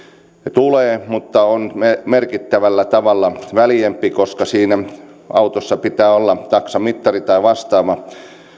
tulee mutta on merkittävällä tavalla väljempi koska siinä autossa pitää olla taksamittari tai vastaava